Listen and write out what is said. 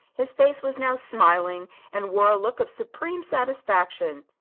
his face was now smiling and wore a look of supreme satisfaction.